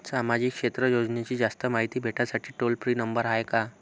सामाजिक क्षेत्र योजनेची जास्त मायती भेटासाठी टोल फ्री नंबर हाय का?